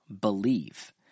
Believe